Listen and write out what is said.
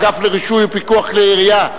האגף לרישוי ופיקוח כלי ירייה,